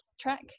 track